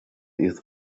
his